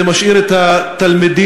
זה משאיר את התלמידים,